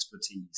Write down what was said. expertise